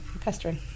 Pestering